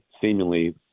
seemingly